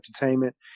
entertainment